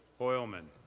hoylman,